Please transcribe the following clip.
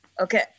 Okay